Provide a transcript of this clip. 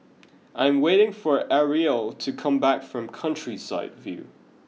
I am waiting for Arielle to come back from Countryside View